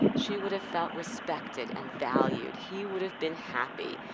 she would have felt respected and valued. he would have been happy.